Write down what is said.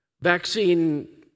Vaccine